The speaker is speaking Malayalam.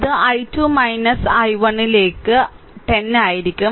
ഇത് I2 I1 ലേക്ക് 10 ആയിരിക്കും